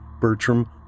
Bertram